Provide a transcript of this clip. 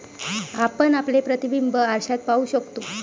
आपण आपले प्रतिबिंब आरशात पाहू शकतो